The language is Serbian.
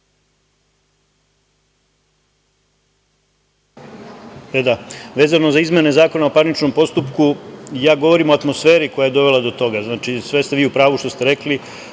Vezano za izmene Zakona o parničnom postupku, ja govorim o atmosferi koja je dovela do toga. Znači, sve ste vi u pravu što ste rekli,